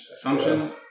assumption